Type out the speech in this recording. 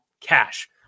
cash